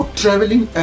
traveling